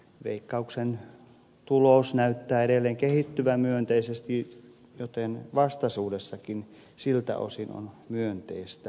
veikkauksen tulos näyttää edelleen kehittyvän myönteisesti joten vastaisuudessakin siltä osin on myönteistä odotettavissa